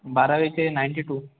बारावीचे ninety to